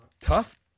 tough